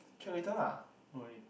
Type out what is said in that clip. check later lah don't worry